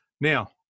Now